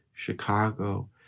Chicago